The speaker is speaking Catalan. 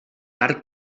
arc